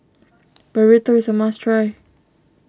Burrito is a must try